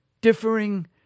differing